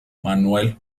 manuel